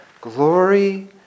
glory